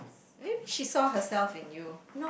maybe she saw herself in you